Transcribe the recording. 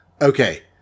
Okay